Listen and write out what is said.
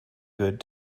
good